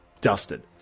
Dusted